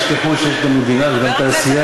אל תשכחו שיש למדינה הזאת גם תעשייה.